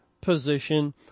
position